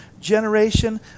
generation